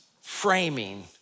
framing